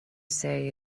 say